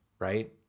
right